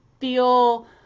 feel